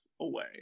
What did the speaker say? away